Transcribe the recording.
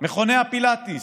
מכוני הפילאטיס,